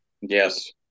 Yes